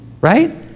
right